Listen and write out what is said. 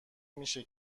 میشه